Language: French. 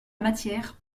matière